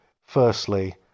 Firstly